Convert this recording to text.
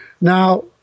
Now